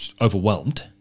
overwhelmed